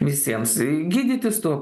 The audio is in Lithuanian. visiems gydytis tuo